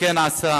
וכך הוא עשה,